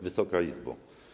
Wysoka Izbo!